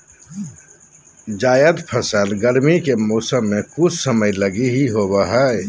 जायद फसल गरमी के मौसम मे कुछ समय लगी ही होवो हय